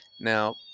Now